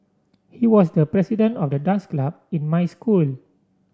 he was the president of the dance club in my school